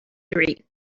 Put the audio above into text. three